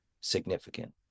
significant